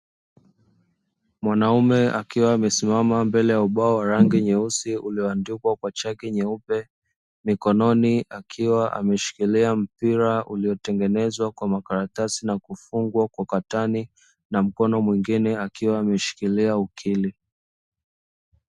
Mwanaume akiwa amesimama mbele ya ubao wa rangi nyeusi ulioandikwa kwa chaki nyeupe, mikononi akiwa ameshikilia mpira uliotengenezwa kwa makaratasi na kufungwa kwa katani na mkono mwingine akiwa ameshikilia ukili.